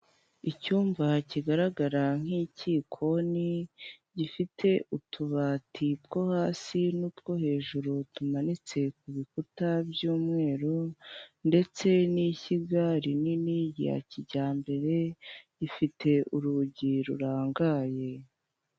Icyumba kigaragara nk'ikikoni gifite utubati two hasi, n'utwo hejuru tumanitse ku bikuta by'umweru, ndetse n'ishyiga rinini rya kijyambere rifite urugi rurangaye.